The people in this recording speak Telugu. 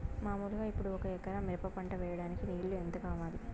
మామూలుగా ఇప్పుడు ఒక ఎకరా మిరప పంట వేయడానికి నీళ్లు ఎంత కావాలి?